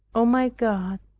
o my god,